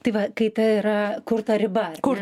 tai va kai tai yra kur ta riba kur